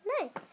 Nice